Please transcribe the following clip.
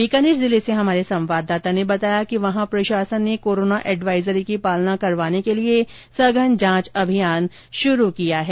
बीकानेर जिले से हमारे संवाददाता ने बताया कि वहां प्रशासन ने कोरोना एडवाइजरी की पालना करवाने के लिए सघन जांच अभियान शुरू किया है